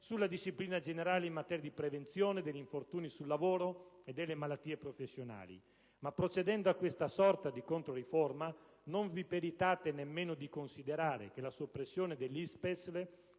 sulla disciplina generale in materia di prevenzione degli infortuni sul lavoro e delle malattie professionali. Procedendo a questa sorta di controriforma, non vi peritate nemmeno di considerare che la soppressione dell'ISPESL